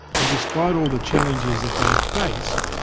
and despite all the challenges that they'd faced,